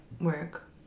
Work